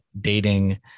dating